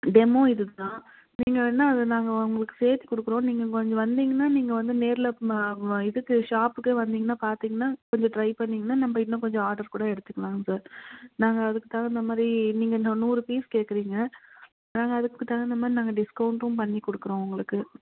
demo இதுதான் நீங்கள் என்ன அது நாங்கள் உங்களுக்கு சேர்த்து கொடுக்குறோம் நீங்கள் கொஞ்சம் வந்திங்னால் நீங்கள் வந்து நேரில் இதுக்கு ஷாப்புக்கே வந்திங்னால் பார்த்திங்னா கொஞ்சம் ட்ரை பண்ணிங்கனால் நம்ம இன்னும் கொஞ்சம் ஆர்டர்ஸ் கூட எடுத்துக்கலாம் சார் நாங்கள் அதுக்கு தகுந்த மாதிரி நீங்கள் இன்னும் நூறு பீஸ் கேட்குறீங்க நாங்கள் அதுக்கு தகுந்த மாதிரி நாங்கள் டிஸ்கவுண்ட்டும் பண்ணி கொடுக்குறோம் உங்களுக்கு